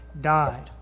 died